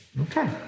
Okay